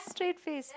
straight face